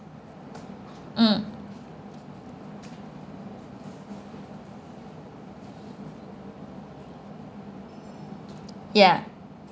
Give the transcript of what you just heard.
mm ya